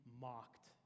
mocked